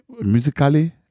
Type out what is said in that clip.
Musically